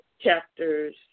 chapters